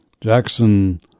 Jackson